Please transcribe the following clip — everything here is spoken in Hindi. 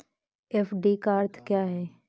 एफ.डी का अर्थ क्या है?